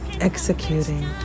executing